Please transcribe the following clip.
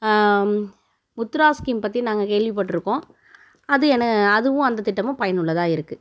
Uthras scheme பற்றி நாங்கள் கேள்விப்பட்டிருக்கோம் அது என அதுவும் அந்தத் திட்டமும் பயனுள்ளதாக இருக்குது